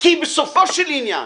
כי בסופו של עניין